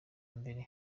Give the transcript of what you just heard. mbere